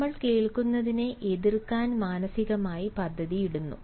നമ്മൾ കേൾക്കുന്നതിനെ എതിർക്കാൻ മാനസികമായി പദ്ധതിയിടുന്നു